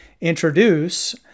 introduce